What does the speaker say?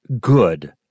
good